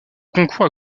concours